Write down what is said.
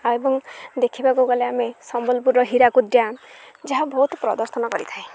ଆଉ ଏବଂ ଦେଖିବାକୁ ଗଲେ ଆମେ ସମ୍ବଲପୁରର ହୀରାକୁଦ ଡ୍ୟାମ୍ ଯାହା ବହୁତ ପ୍ରଦର୍ଶନ କରିଥାଏ